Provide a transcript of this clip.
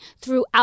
throughout